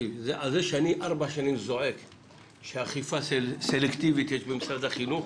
ארבע שנים זועק שיש אכיפה סלקטיבית במשרד החינוך,